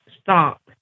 stop